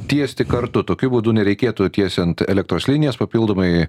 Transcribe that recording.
tiesti kartu tokiu būdu nereikėtų tiesiant elektros linijas papildomai